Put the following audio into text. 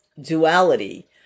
duality